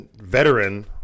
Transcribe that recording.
veteran